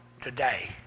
today